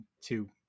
two